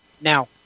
Now